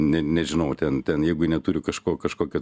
ne nežinau ten ten jeigu neturi kažko kažkokio